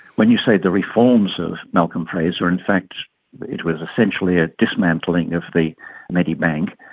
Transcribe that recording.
when you say the reforms of malcolm fraser, in fact it was essentially a dismantling of the medibank,